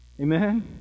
Amen